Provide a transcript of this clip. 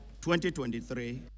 2023